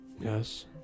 Yes